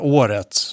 året